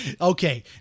Okay